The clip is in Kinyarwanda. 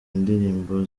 indirimbo